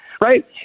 right